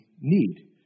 need